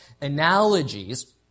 Analogies